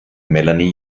melanie